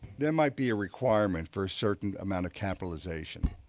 there might be a requirement for certain amount of capitalization,